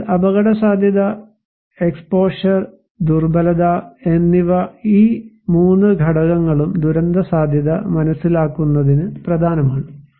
അതിനാൽ അപകടസാധ്യത എക്സ്പോഷർ ദുർബലത എന്നിവ ഈ 3 ഘടകങ്ങളും ദുരന്തസാധ്യത മനസ്സിലാക്കുന്നതിന് പ്രധാനമാണ്